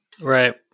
Right